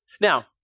Now